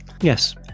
Yes